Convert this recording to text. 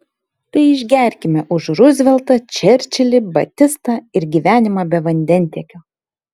tai išgerkime už ruzveltą čerčilį batistą ir gyvenimą be vandentiekio